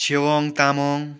Chhewang Tamang